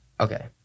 okay